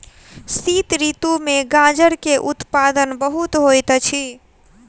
शीत ऋतू में गाजर के उत्पादन बहुत होइत अछि